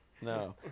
No